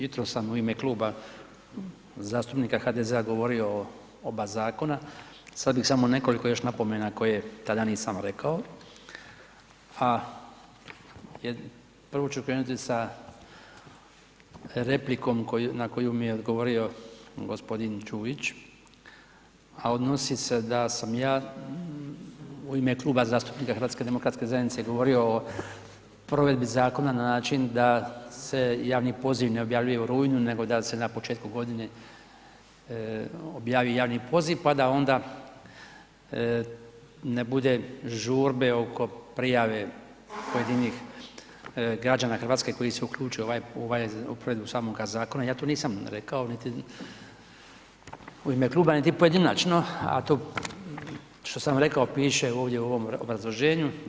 Jutro sam u ime Kluba zastupnika HDZ-a govorio o oba zakona, sad bih samo nekoliko još napomena koje tada nisam rekao a prvo ću krenuti sa repliku na koju mi je odgovorio Đujić a odnosi se da sam ja u ime Kluba zastupnika HDZ-a govorio o provedbi zakona na način da se javni poziv ne objavljuje u rujnu nego da se na početku godine objavi javni poziv pa da onda ne bude žurbe oko prijave pojedinih građana Hrvatske koji se uključe u provedbu samoga zakona, ja to nisam rekao niti u ime kluba niti pojedinačno a to što sam rekao piše ovdje u ovom obrazloženju.